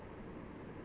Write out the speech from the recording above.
mm hmm